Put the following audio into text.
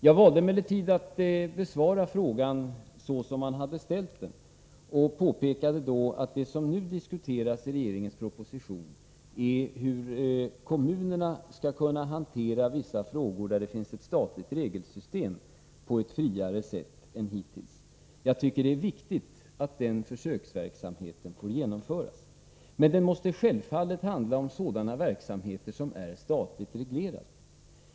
Jag valde emellertid att besvara frågan så som Christer Eirefelt hade ställt den, och påpekade då att det som nu behandlas i regeringens proposition är hur kommunerna på ett friare sätt än hittills skall kunna hantera vissa frågor, där det finns ett statligt regelsystem. Jag tycker det är viktigt att den försöksverksamheten får genomföras. Men det måste självfallet handla om verksamheter som är statligt reglerade.